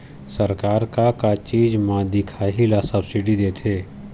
सरकार का का चीज म दिखाही ला सब्सिडी देथे?